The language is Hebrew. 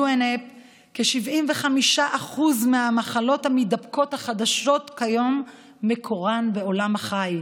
לפי ה-UNEP כ-75% מהמחלות המידבקות החדשות כיום מקורן בעולם החי,